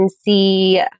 see